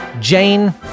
Jane